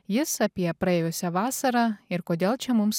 jis apie praėjusią vasarą ir kodėl čia mums